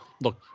look